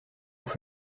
vous